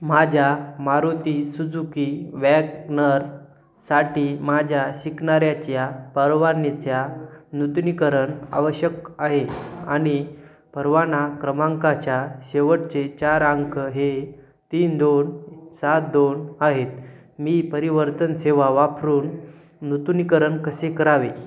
माझ्या मारुती सुजुकी वॅक्नरसाठी माझ्या शिकणाऱ्याच्या परवानगीच्या नूतनीकरण आवश्यक आहे आणि परवाना क्रमांकाच्या शेवटचे चार अंक हे तीन दोन सात दोन आहेत मी परिवर्तन सेवा वापरून नूतनीकरण कसे करावे